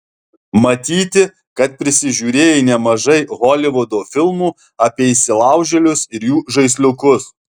matyti kad prisižiūrėjai nemažai holivudo filmų apie įsilaužėlius ir jų žaisliukus